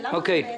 למה זה מעוכב?